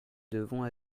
devons